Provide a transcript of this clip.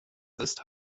ist